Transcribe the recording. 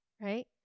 right